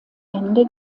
ende